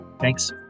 Thanks